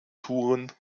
thun